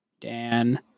Dan